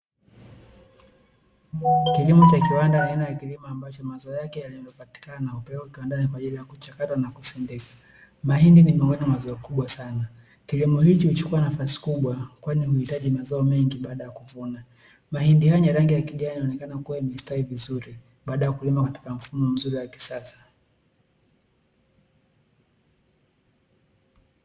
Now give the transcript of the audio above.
Kilimo cha kiwanda ni aina ya kilimo ambacho mazao yake yaliyo patikana, hupelekwa kiwandani kwa ajili ya kuchakatwa na kusindikwa. Mahindi ni miongoni mwa zao kubwa sana. Kilimo hiki huchukua nafasi kubwa kwani huhitaji mazao mengi baada ya kuvuna. Mahindi haya yenye rangi ya kijani yanaonekana kuwa yamestawi vizuri baada ya kulimwa katika mfumo mzuri wa kisasa.